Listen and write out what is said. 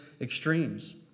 extremes